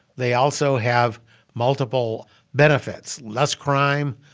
they also have multiple benefits less crime,